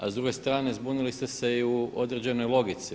A s druge strane zbunili ste se i u određenoj logici.